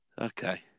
Okay